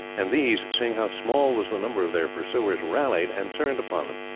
and these, seeing how small was the number of their pursuers, rallied and turned upon them,